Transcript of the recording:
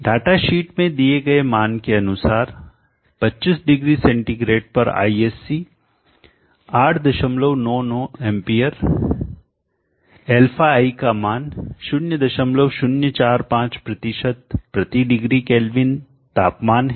data sheet में दिए गए मान के अनुसार 25 डिग्री सेंटीग्रेड पर ISC 899 एंपियर αi का मान 0045 प्रति डिग्री केल्विन तापमान है